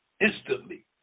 instantly